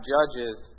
Judges